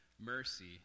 mercy